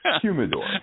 Humidor